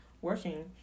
working